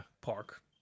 park